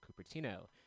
Cupertino